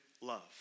love